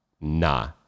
nah